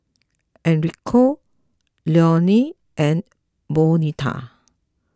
Enrico Leonel and Bonita